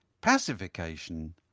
pacification